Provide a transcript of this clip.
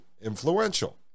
influential